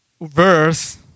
verse